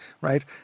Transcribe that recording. right